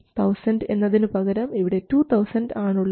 1000 എന്നതിനുപകരം ഇവിടെ 2000 ആണുള്ളത്